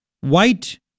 White